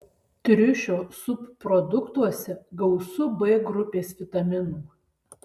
triušio subproduktuose gausu b grupės vitaminų